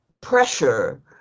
pressure